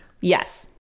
Yes